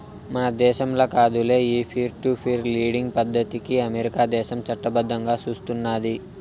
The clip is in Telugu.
మన దేశంల కాదులే, ఈ పీర్ టు పీర్ లెండింగ్ పద్దతికి అమెరికా దేశం చట్టబద్దంగా సూస్తున్నాది